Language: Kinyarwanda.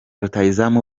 rutahizamu